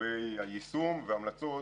לגבי היישום והמלצות,